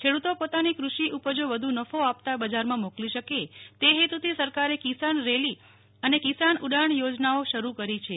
ખેડૂતો પોતાની કૃષિ ઉપજો વધુ નફો આપતા બજારમાં મોકલી શકે તે હેતુથી સરકારે કિસાન રેલ અને કિસાન ઉડાન થોજનાઓ શરૂ કરી છે